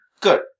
Good